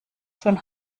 schön